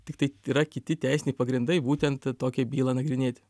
tik tai yra kiti teisiniai pagrindai būtent tokią bylą nagrinėti